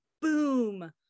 boom